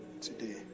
Today